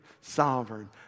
sovereign